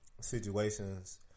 situations